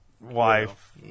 wife